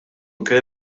anke